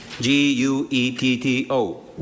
G-U-E-T-T-O